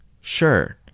Sure